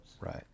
Right